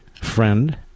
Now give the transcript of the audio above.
friend